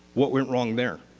what went wrong there?